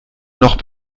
noch